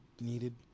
needed